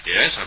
Yes